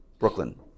Brooklyn